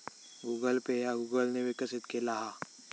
Google Pay ह्या Google ने विकसित केला हा